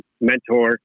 mentor